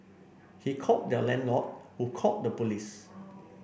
he called their landlord who called the police